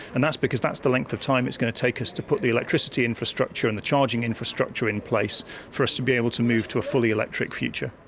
and that's because that's the length of time is going to take us to put the electricity infrastructure and the charging infrastructure in place for us to be able to move to a fully electric future.